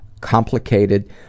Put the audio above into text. complicated